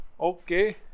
Okay